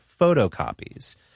photocopies